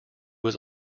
was